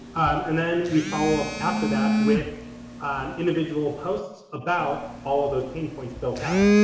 and then we follow up after that with um individual posts about all of those pain points built out.